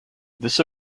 this